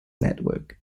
network